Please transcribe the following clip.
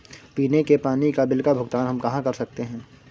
पीने के पानी का बिल का भुगतान हम कहाँ कर सकते हैं?